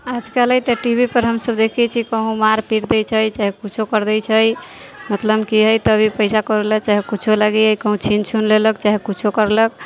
आज कले तऽ टीवी पर हमसभ देखैत छियै कहुँ मारपीट दैत छै चाहे कुछो करि दैत छै मतलब कि हइ तऽ अभी पैसा कौड़ी ले चाहे कुछो लागी कहीँ छीन छून लेलक चाहे कुछो करलक